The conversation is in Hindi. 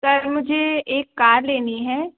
सर मुझे एक कार लेनी है